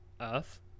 Earth